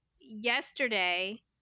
yesterday